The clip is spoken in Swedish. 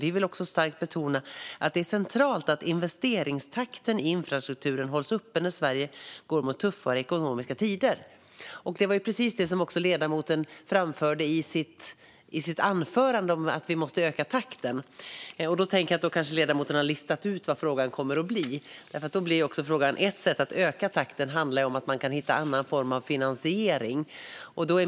Vi vill också starkt betona att det är centralt att investeringstakten i infrastrukturen hålls uppe när Sverige går mot tuffare ekonomiska tider." Det var precis vad ledamoten framförde i sitt anförande, att vi måste öka takten. Då kanske ledamoten har listat ut vad frågan är. Ett sätt att öka takten handlar ju om att man kan hitta annan form av finansiering.